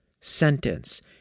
sentence